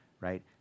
right